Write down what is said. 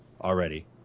already